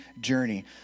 journey